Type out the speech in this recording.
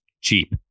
cheap